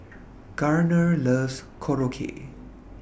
Garner loves Korokke